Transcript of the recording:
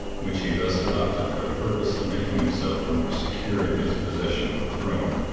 which he thus adopted for the purpose of making himself the more secure in his possession of the throne,